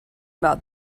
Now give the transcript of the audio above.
about